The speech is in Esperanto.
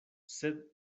sed